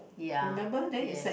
ya yes